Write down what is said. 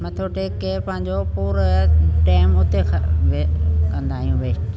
मथो टेके पंहिंजो पूरा टाइम उते कंदा आहियूं